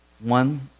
one